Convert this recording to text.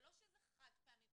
זה לא שזה חד פעמי פקקים,